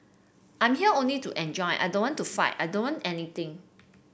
I'm here only to enjoy I don't want to fight I don't want anything